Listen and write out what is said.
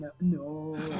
No